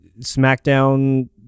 SmackDown